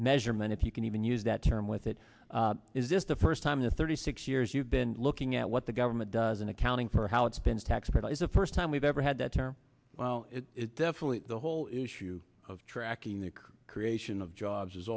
measurement if you can even use that term with it is this the first time in thirty six years you've been looking at what the government does an accounting for how it's been taxed that is the first time we've ever had that term well it definitely the whole issue of tracking the creation of jobs